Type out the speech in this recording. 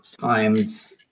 times